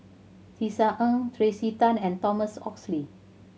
Tisa Ng Tracey Tan and Thomas Oxley